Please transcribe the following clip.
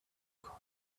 colle